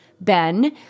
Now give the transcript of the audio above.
Ben